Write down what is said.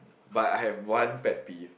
but I have one practice